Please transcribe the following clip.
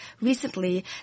recently